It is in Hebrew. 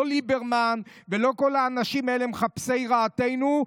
לא ליברמן ולא כל האנשים האלה מחפשי רעתנו,